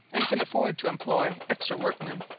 and can afford to employ extra workmen.